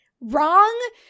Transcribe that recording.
wrong